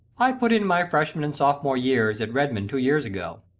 i put in my freshman and sophomore years at redmond two years ago.